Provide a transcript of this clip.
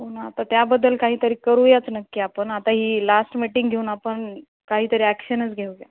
हो ना आता त्याबद्दल काहीतरी करूयात नक्की आपण आता ही लास्ट मीटिंग घेऊन आपण काहीतरी ॲक्शनच घेऊया